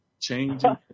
changing